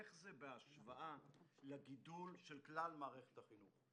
איך זה בהשוואה לגידול של כלל מערכת החינוך?